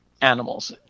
animals